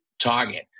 Target